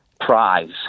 prize